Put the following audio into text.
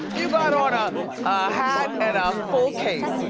you got on a hat and a full cape.